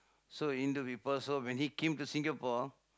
so Hindu people so when he came to Singapore